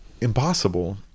impossible